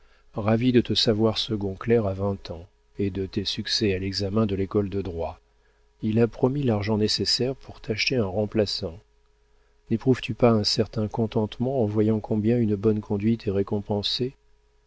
ravi de te savoir second clerc à vingt ans et de tes succès à l'examen de l'école de droit il a promis l'argent nécessaire pour t'acheter un remplaçant néprouves tu pas un certain contentement en voyant combien une bonne conduite est récompensée